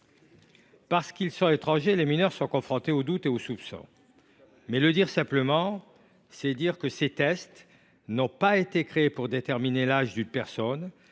Parce qu’ils sont étrangers, les mineurs sont confrontés au doute et au soupçon. Pour le dire simplement, ces tests ont été créés non pour déterminer l’âge d’une personne,